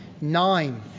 Nine